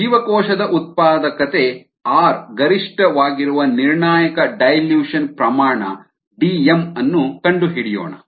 ಜೀವಕೋಶದ ಉತ್ಪಾದಕತೆ ಆರ್ ಗರಿಷ್ಠವಾಗಿರುವ ನಿರ್ಣಾಯಕ ಡೈಲ್ಯೂಷನ್ ಸಾರಗುಂದಿಸುವಿಕೆ ಪ್ರಮಾಣ Dm ಅನ್ನು ಕಂಡುಹಿಡಿಯೋಣ